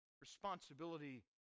responsibility